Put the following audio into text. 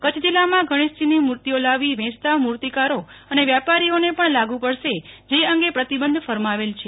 કચ્છ જિલ્લામાં ગણેશજીની મુર્તિઓ લાવી વેંચતા મુર્તીકારો અને વ્યાપારીઓને પણ લાગુ પડશે જે અંગે પ્રતિબંધ ફરમાવેલ છે